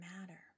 matter